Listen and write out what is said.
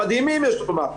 המדהימים יש לומר,